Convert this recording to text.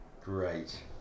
Great